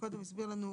קודם הסביר לנו